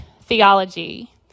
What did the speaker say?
theology